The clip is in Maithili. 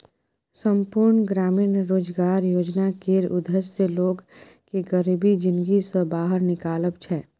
संपुर्ण ग्रामीण रोजगार योजना केर उद्देश्य लोक केँ गरीबी जिनगी सँ बाहर निकालब छै